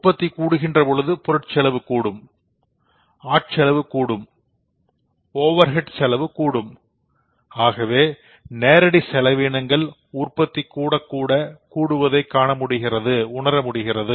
உற்பத்தி கூறுகின்ற பொழுது பொருட் செலவு கூடும் ஆட்செலவு கூடும் ஓவர் ஹெட் செலவு கூடும் ஆகவே நேரடி செலவினங்கள் உற்பத்தி கூட கூட கூடுவதை நாம் உணர முடியும்